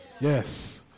Yes